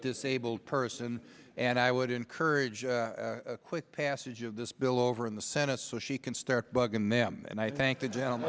disabled person and i would encourage quick passage of this bill over in the senate so she can start bugging them and i thank the g